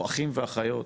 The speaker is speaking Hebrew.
אחים ואחיות,